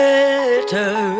Better